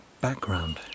background